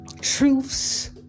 truths